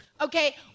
okay